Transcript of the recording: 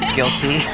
guilty